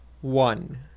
One